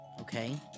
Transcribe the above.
Okay